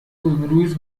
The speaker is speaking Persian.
امروز